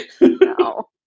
no